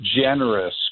generous